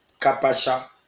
kapasha